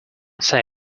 say